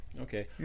Okay